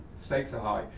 stakes are high.